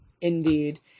Indeed